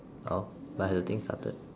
oh but the thing started